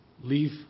leave